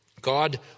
God